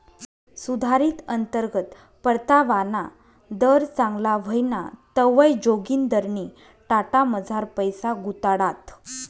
सुधारित अंतर्गत परतावाना दर चांगला व्हयना तवंय जोगिंदरनी टाटामझार पैसा गुताडात